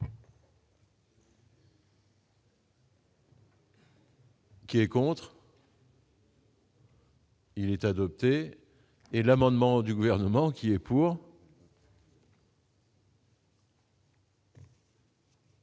qui est pour. Il est adopté et l'amendement du gouvernement qui est pour.